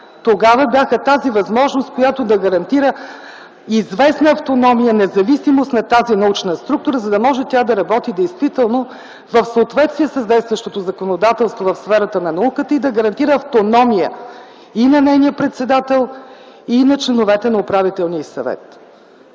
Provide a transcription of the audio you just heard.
тогава бяха тази възможност, която да гарантира известна автономия, независимост на тази научна структура, за да може тя да работи действително в съответствие с действащото законодателство в сферата на науката и да гарантира автономия – и на нейния председател, и на членовете на управителния съвет.